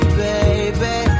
baby